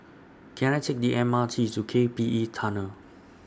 Can I Take The M R T to K P E Tunnel